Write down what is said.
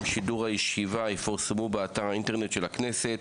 שידור הישיבה יפורסמו באתר האינטרנט של הכנסת.